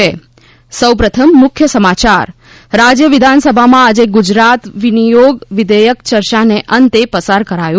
ઃ રાજ્ય વિધાનસભામાં આજે ગુજરાત પૂરક વિનિયોગ વિધેયક યર્યાને અંતે પસાર કરાયું